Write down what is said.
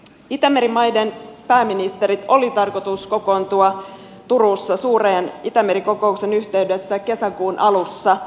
itämeren maiden pääministerien oli tarkoitus kokoontua turussa suuren itämeri kokouksen yhteydessä kesäkuun alussa